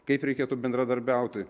kaip reikėtų bendradarbiauti